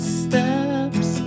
steps